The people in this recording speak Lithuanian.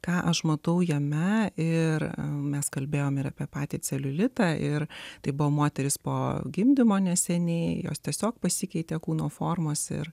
ką aš matau jame ir mes kalbėjome ir apie patį celiulitą ir tai buvo moteris po gimdymo neseniai jos tiesiog pasikeitė kūno formos ir